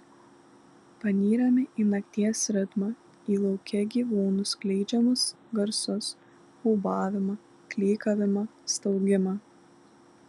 panyrame į nakties ritmą į lauke gyvūnų skleidžiamus garsus ūbavimą klykavimą staugimą